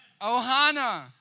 Ohana